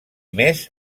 mes